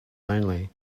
only